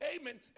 amen